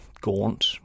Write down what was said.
gaunt